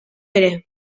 ere